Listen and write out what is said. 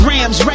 Rams